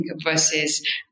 versus